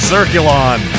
Circulon